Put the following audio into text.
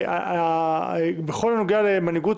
בכל הנוגע למנהיגות